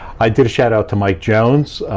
i did a shout out to mike jones.